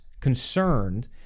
concerned